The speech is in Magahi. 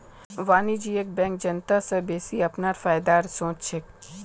वाणिज्यिक बैंक जनता स बेसि अपनार फायदार सोच छेक